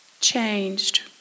Changed